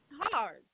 Hard